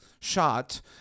shot